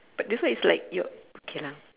but this one is like your okay lah